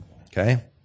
Okay